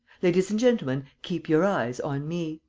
ladies and gentlemen, keep your eyes on me!